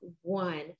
one